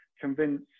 convince